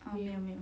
哦没有没有